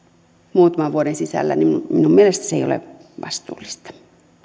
muutaman vuoden sisällä niin minun mielestäni se ei ole vastuullista